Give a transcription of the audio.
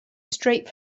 straight